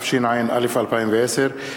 התשע"א 2010,